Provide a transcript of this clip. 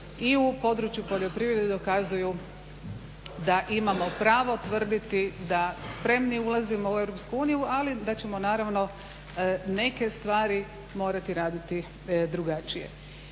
i u području poljoprivrede dokazuju da imamo pravo tvrditi da spremni ulazimo u EU ali da ćemo naravno neke stvari morati raditi drugačije.